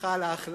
סליחה על ההכללה,